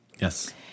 Yes